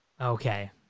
Okay